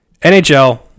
NHL